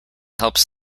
helps